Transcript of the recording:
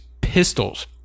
pistols